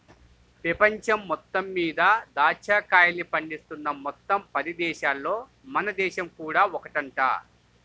పెపంచం మొత్తం మీద దాచ్చా కాయల్ని పండిస్తున్న మొత్తం పది దేశాలల్లో మన దేశం కూడా ఒకటంట